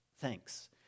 thanks